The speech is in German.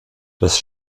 das